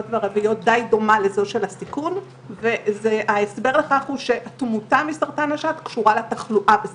אלא זה הסיכון ש ל אישה שתחיה עד גיל 85 ללקות